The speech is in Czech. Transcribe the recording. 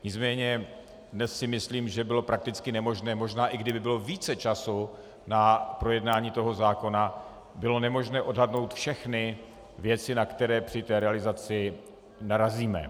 Nicméně dnes si myslím, že bylo prakticky nemožné, možná i kdyby bylo více času na projednání toho zákona, bylo nemožné odhadnout všechny věci, na které při té realizaci narazíme.